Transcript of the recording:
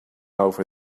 over